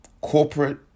corporate